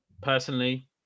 personally